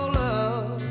love